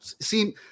seem